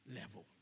level